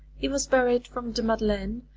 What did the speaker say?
he was buried from the madeleine,